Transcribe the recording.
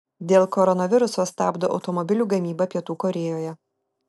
dėl koronaviruso stabdo automobilių gamybą pietų korėjoje